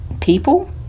people